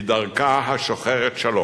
בדרכה השוחרת שלום,